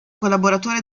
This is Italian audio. collaboratore